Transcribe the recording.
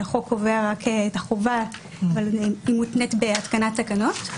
החוק קובע את החובה והיא מותנית בהתקנת תקנות.